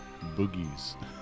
Boogies